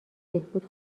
بهبود